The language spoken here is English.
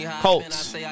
Colts